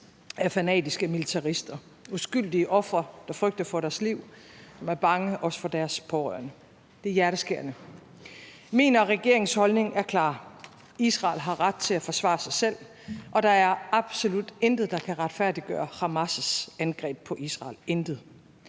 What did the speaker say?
af fanatiske militarister. Det er uskyldige ofre, der frygter for deres liv, og som er bange, også for deres pårørendes liv. Det er hjerteskærende. Min og regeringens holdning er klar: Israel har ret til at forsvare sig selv, og der er absolut intet, der kan retfærdiggøre Hamas' angreb på Israel – intet.